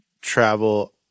travel